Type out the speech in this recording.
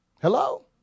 Hello